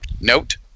Note